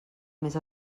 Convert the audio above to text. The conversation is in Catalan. més